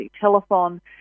telephone